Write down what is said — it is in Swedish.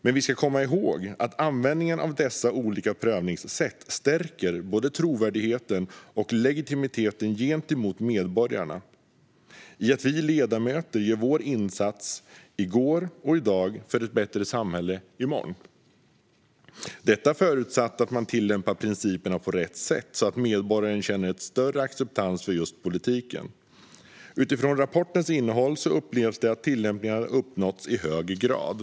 Men vi ska komma ihåg att användningen av dessa olika prövningssätt stärker både trovärdigheten och legitimiteten gentemot medborgarna när det gäller att vi ledamöter gör vår insats i går och i dag för ett bättre samhälle i morgon - förutsatt att man tillämpar principerna på rätt sätt så att medborgaren känner en större acceptans för politiken. Enligt rapporten upplevs det att tillämpningen har uppnåtts i hög grad.